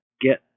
get